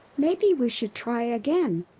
maybe we should try again,